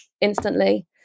instantly